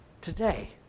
today